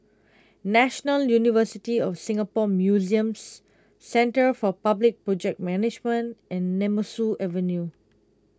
National University of Singapore Museums Centre for Public Project Management and Nemesu Avenue